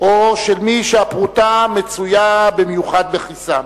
או של מי שהפרוטה מצויה במיוחד בכיסם.